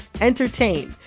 entertain